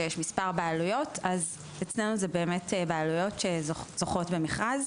שיש מספר בעלויות אז אצלנו זה באמת בעלויות שזוכות במכרז.